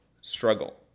struggle